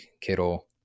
Kittle